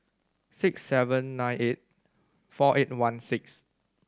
six seven nine eight four eight one six